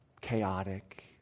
chaotic